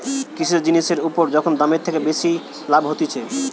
কিছু জিনিসের উপর যখন দামের থেকে বেশি লাভ হতিছে